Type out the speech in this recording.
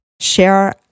share